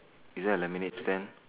is there a lemonade stand